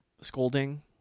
scolding